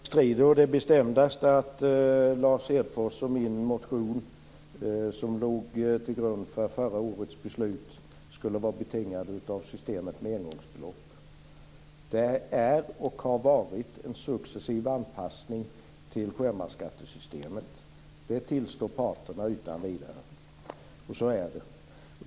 Herr talman! Jag bestrider å det bestämdaste att Lars Hedfors och min motion, som låg till grund för förra årets beslut, skulle vara betingade av systemet med engångsbelopp. Det är, och har varit, en successiv anpassning till sjömansskattesystemet. Det tillstår parterna utan vidare, för så är det.